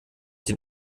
den